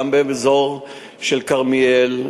גם באזור כרמיאל,